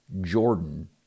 Jordan